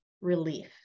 relief